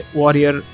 warrior